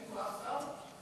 אין פה אף שר?